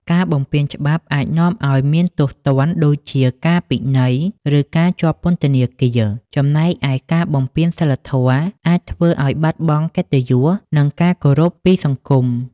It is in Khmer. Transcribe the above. ការបំពានច្បាប់អាចនាំឲ្យមានទោសទណ្ឌដូចជាការពិន័យ ឬការជាប់ពន្ធនាគារ ចំណែកឯការបំពានសីលធម៌អាចធ្វើឲ្យបាត់បង់កិត្តិយស និងការគោរពពីសង្គម។